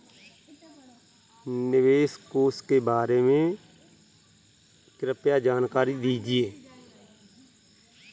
निवेश कोष के बारे में कृपया जानकारी दीजिए